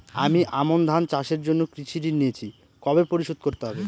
আমি আমন ধান চাষের জন্য কৃষি ঋণ নিয়েছি কবে পরিশোধ করতে হবে?